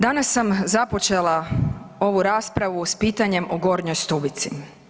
Danas sam započela ovu raspravu s pitanjem o Gornjoj Stubici.